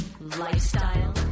lifestyle